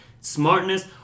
smartness